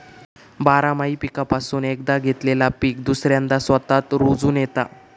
बारमाही पीकापासून एकदा घेतलेला पीक दुसऱ्यांदा स्वतःच रूजोन येता